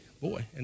boy